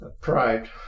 pride